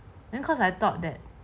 then cause I thought that